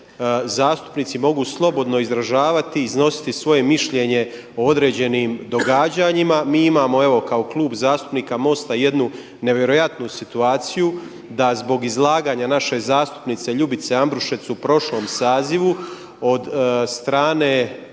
zastupnici mogu slobodno izražavati i iznositi svoje mišljenje o određenim događanjima. Mi imamo evo kao Klub zastupnika MOST-a jednu nevjerojatnu situaciju da zbog izlaganja naše zastupnice Ljubice Ambrušec u prošlom sazivu od strane